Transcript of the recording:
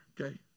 okay